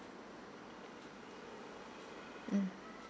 mm